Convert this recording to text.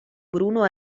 bruno